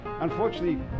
Unfortunately